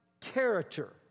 character